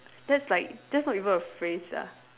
that's like that's not even a phrase sia